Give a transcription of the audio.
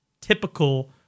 typical